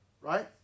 right